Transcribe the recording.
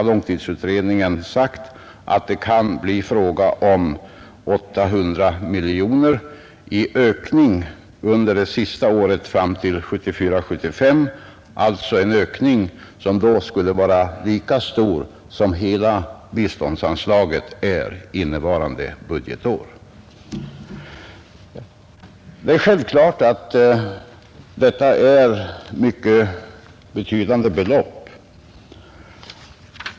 Långtidsutredningen har sagt att det kan bli fråga om 800 miljoner i ökning under det sista året fram till 1974/75, alltså en ökning som då skulle vara lika stor som hela biståndsanslaget är innevarande budgetår. Det är självklart att detta är mycket betydande belopp.